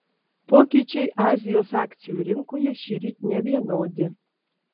pokyčiai azijos akcijų rinkoje šįryt nevienodi